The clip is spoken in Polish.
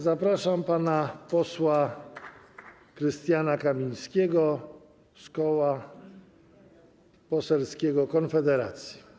Zapraszam pana posła Krystiana Kamińskiego z Koła Poselskiego Konfederacja.